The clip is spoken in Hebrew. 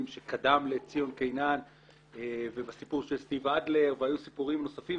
שקדם לציון קינן ובסיפור של סטיב אדלר והיו סיפורים נוספים.